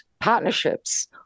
Partnerships